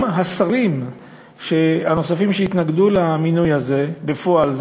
גם השרים הנוספים שהתנגדו למינוי הזה בפועל,